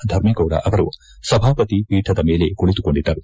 ಧರ್ಮೇಗೌಡ ಅವರು ಸಭಾಪತಿ ಪೀಠದ ಮೇಲೆ ಕುಳಿತುಕೊಂಡಿದ್ದರು